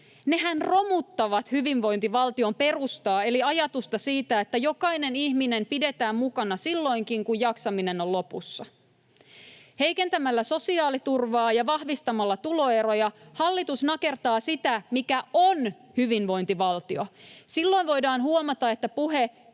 nehän romuttavat hyvinvointivaltion perustaa eli ajatusta siitä, että jokainen ihminen pidetään mukana silloinkin, kun jaksaminen on lopussa. Heikentämällä sosiaaliturvaa ja vahvistamalla tuloeroja hallitus nakertaa sitä, mikä on hyvinvointivaltio. Silloin voidaan huomata, että puhe